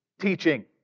teaching